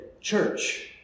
church